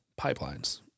pipelines